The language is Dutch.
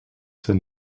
ten